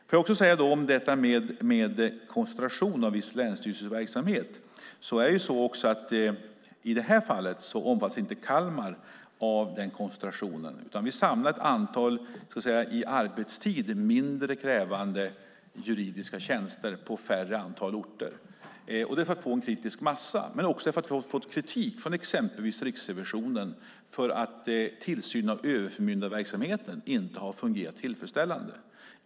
När det gäller koncentration av viss länsstyrelseverksamhet omfattas inte Kalmar av koncentrationen i det här fallet, utan vi samlar ett antal i arbetstid mindre krävande juridiska tjänster på ett färre antal orter, detta för att få en kritisk massa men också för att vi har fått kritik från exempelvis Riksrevisionen för att tillsynen av överförmyndarverksamheten inte har fungerat tillfredsställande.